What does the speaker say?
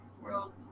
World